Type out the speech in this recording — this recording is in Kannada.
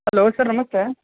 ಹಲೋ ಸರ್ ನಮಸ್ತೆ